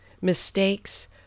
Mistakes